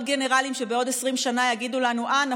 גנרלים שבעוד 20 שנה יגידו לנו: אה,